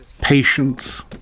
patience